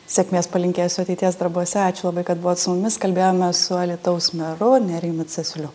sėkmės palinkėsiu ateities darbuose ačiū labai kad buvot su mumis kalbėjomės su alytaus meru nerijumi cesiuliu